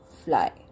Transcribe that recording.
fly